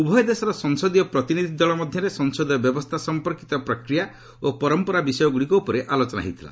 ଉଭୟ ଦେଶର ସଂସଦୀୟ ପ୍ରତିନିଧି ଦଳ ମଧ୍ୟରେ ସଂସଦୀୟ ବ୍ୟବସ୍ଥା ସମ୍ପର୍କୀତ ପ୍ରକ୍ରିୟା ଓ ପରମ୍ପରା ବିଷୟଗ୍ରଡ଼ିକ ଉପରେ ଆଲୋଚନା କରିଥିଲେ